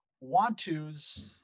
want-to's